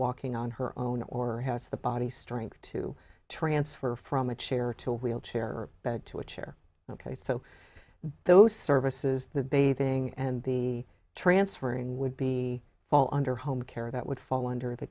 walking on her own or has the body strength to transfer from a chair to a wheelchair or bed to a chair ok so those services the bathing and the transferring would be fall under home care that would fall under the